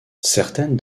certaines